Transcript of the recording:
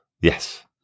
Yes